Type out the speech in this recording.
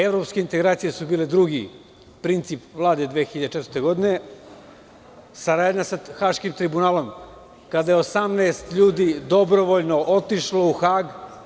Evropske integracije su bile drugi princip Vlade 2004. godine, saradnja sa Haškim tribunalom kada je 18 ljudi dobrovoljno otišlo u Hag.